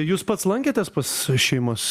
jūs pats lankėtės pas šeimas